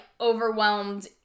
overwhelmed